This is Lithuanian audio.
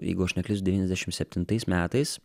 jeigu aš neklys devyniasdešim septintais metais